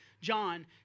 John